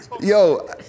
yo